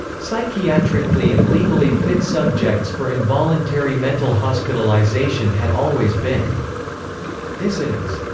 psychiatrically and legally fit subjects for involuntary mental hospitalization had always been dissidents.